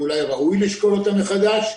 ואולי ראוי לשקול אותם מחדש,